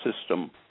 system